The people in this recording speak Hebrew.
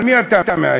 על מי אתה מאיים?